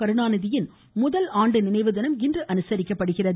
கருணாநிதியின் முதல் ஆண்டு நினைவு தினம் இன்று அனுசரிக்கப்படுகிறது